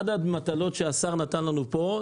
אחד המטלות שהשר נתן לנו פה,